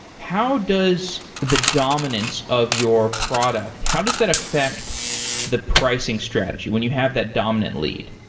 how does the dominance of your product, how does that affect the pricing strategy when you have that dominant lead?